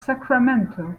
sacramento